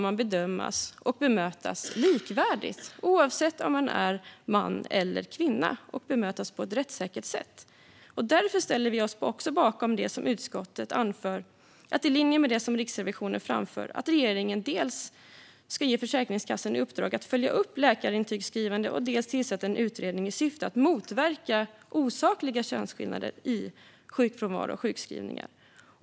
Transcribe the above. Man ska bedömas likvärdigt oavsett om man är man eller kvinna, och man ska bemötas på ett rättssäkert sätt. Därför ställer vi oss bakom det som utskottet, i linje med det Riksrevisionen framför, anför om att regeringen bör dels ge Försäkringskassan i uppdrag att följa upp läkarintygsskrivande, dels tillsätta en utredning i syfte att motverka osakliga könsskillnader i sjukfrånvaro och sjukskrivningar.